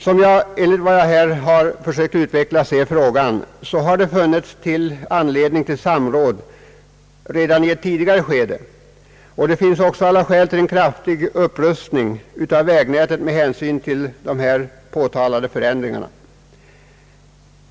Som jag, enligt det sätt på vilket jag här försökt utveckla frågan, ser på detta, hade det funnits anledning till samråd redan i ett tidigare skede, och det finns också alla skäl till en kraftig upprustning av vägnätet med hänsyn till de här påtalade förändringarna.